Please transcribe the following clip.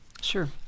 Sure